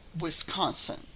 Wisconsin